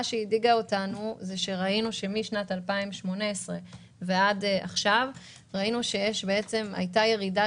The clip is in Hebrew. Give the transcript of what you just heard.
שהדאיגה אותנו היא שראינו שמשנת 2018 ועד עכשיו הייתה ירידה,